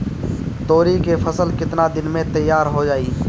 तोरी के फसल केतना दिन में तैयार हो जाई?